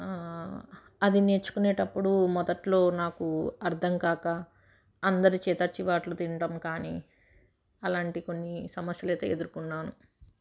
అది నేర్చుకునేటప్పుడు మొదట్లో నాకు అర్థం కాక అందరి చేత చివాట్లు తినడం కానీ అలాంటి కొన్ని సమస్యలు అయితే ఎదుర్కొన్నాను